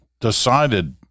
decided